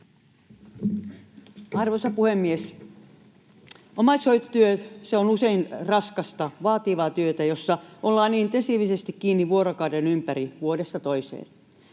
Arvoisa puhemies! Omaishoitotyö on usein raskasta, vaativaa työtä, jossa ollaan intensiivisesti kiinni vuorokauden ympäri vuodesta toiseen.